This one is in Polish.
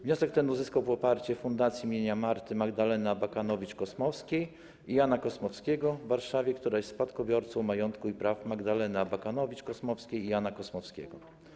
Wniosek ten uzyskał poparcie Fundacji Marty Magdaleny Abakanowicz-Kosmowskiej i Jana Kosmowskiego w Warszawie, która jest spadkobiercą majątku i praw Magdaleny Abakanowicz-Kosmowskiej i Jana Kosmowskiego.